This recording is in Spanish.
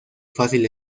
fácil